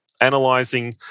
analyzing